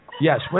Yes